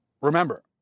Remember